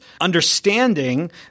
understanding